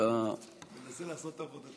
אני מנסה לעשות את עבודתי.